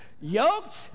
Yoked